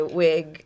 wig